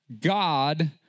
God